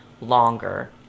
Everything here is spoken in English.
longer